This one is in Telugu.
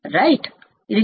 సరే